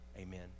amen